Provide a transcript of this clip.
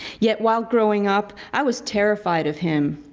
yet while growing up, i was terrified of him.